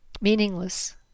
meaningless